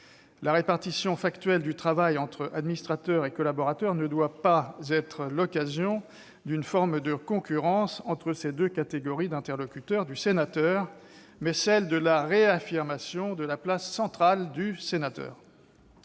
La répartition factuelle du travail entre ceux-ci et les administrateurs doit être l'occasion non pas d'une forme de concurrence entre ces deux catégories d'interlocuteurs du sénateur, mais d'une réaffirmation de la place centrale du sénateur.